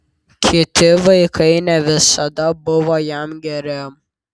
kiti vaikai ne visada buvo jam geri